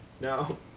No